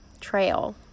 Trail